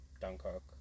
Dunkirk